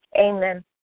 Amen